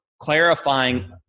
clarifying